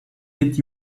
did